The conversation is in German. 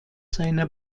seiner